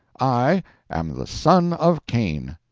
i am the son of cain.